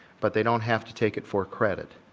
but they don't have to take it for credit.